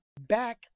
back